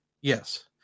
Yes